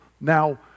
Now